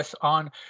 on